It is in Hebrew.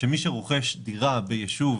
שמי שרוכש דירה ביישוב